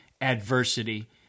adversity